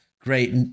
great